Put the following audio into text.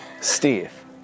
Steve